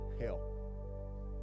help